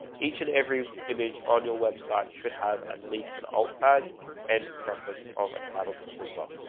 each and every image on your website should have at least an old tag and preference of a title tag as well.